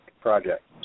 project